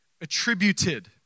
attributed